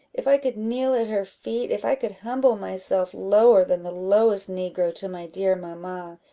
if i could kneel at her feet, if i could humble myself lower than the lowest negro to my dear mamma,